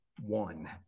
one